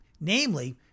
namely